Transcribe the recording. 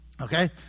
Okay